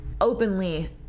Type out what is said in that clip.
openly